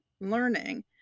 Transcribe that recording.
learning